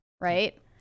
right